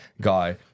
guy